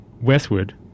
westward